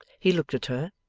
he looked at her,